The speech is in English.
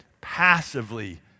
passively